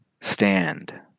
Stand